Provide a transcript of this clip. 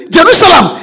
Jerusalem